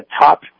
top